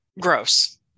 gross